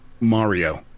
Mario